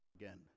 again